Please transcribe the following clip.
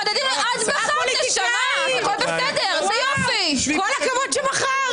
כל הכבוד שבחרת.